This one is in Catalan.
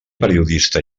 periodista